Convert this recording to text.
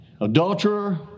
adulterer